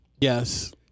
Yes